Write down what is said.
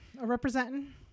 Representing